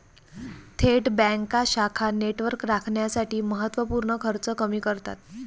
थेट बँका शाखा नेटवर्क राखण्यासाठी महत्त्व पूर्ण खर्च कमी करतात